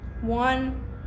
one